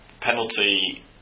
Penalty